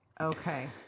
okay